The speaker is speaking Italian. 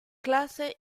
classe